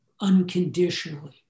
unconditionally